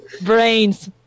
Brains